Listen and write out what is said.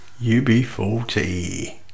UB40